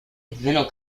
vinyl